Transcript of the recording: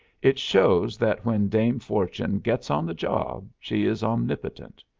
it shows that when dame fortune gets on the job she is omnipotent.